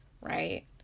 right